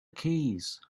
keys